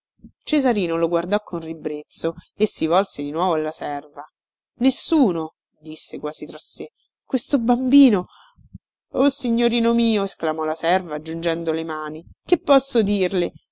cesarino lo guardò con ribrezzo e si volse di nuovo alla serva nessuno disse quasi tra sé questo bambino oh signorino mio esclamò la serva giungendo le mani che posso dirle